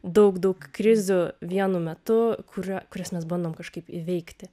daug daug krizių vienu metu kuria kurias mes bandom kažkaip įveikti